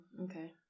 Okay